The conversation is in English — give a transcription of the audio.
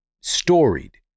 storied